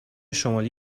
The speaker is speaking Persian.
شمالی